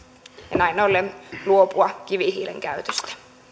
ja näin ollen luopua kivihiilen käytöstä